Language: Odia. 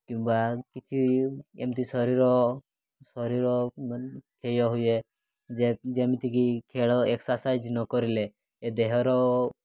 କିମ୍ବା କିଛି ଏମିତି ଶରୀର ଶରୀର କ୍ଷୟ ହୁଏ ଯେମିତିକି ଖେଳ ଏକ୍ସର୍ସାଇଜ୍ ନକରିଲେ ଏ ଦେହର